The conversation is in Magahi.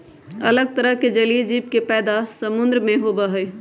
अलग तरह के जलीय जीव के पैदा समुद्र में होबा हई